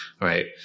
right